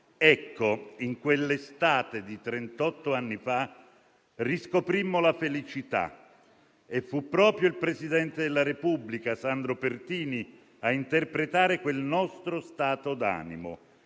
Ebbene, in quell'estate di trentotto anni fa riscoprimmo la felicità e fu proprio il presidente della Repubblica Sandro Pertini a interpretare quel nostro stato d'animo.